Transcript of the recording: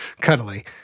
cuddly